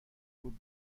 بود